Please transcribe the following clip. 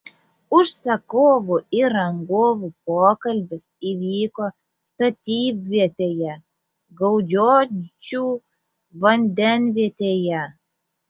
užsakovų ir rangovų pokalbis įvyko statybvietėje gaudžiočių vandenvietėje